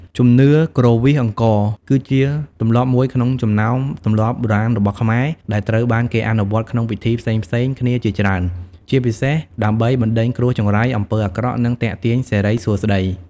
ជំនឿគ្រវាសអង្ករ គឺជាទម្លាប់មួយក្នុងចំណោមទម្លាប់បុរាណរបស់ខ្មែរ ដែលត្រូវបានគេអនុវត្តក្នុងពិធីផ្សេងៗគ្នាជាច្រើន ជាពិសេសដើម្បី បណ្ដេញគ្រោះចង្រៃ អំពើអាក្រក់ និងទាក់ទាញសិរីសួស្តី។